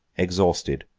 exhausted,